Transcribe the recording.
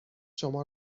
شما